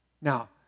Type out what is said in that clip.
Now